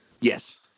yes